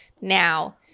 now